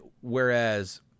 whereas